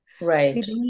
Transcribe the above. Right